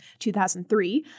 2003